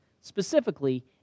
specifically